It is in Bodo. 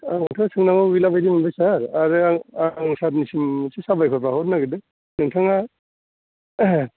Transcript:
आंनावथ' सोंनागौ गैला बादि मोनबाय सार आरो आं आङो सारनिसिम मोनसे साबायखर बावहरनो नादगेरदों नोंथाङा